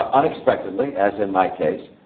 ah unexpectedly as in my case,